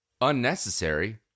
unnecessary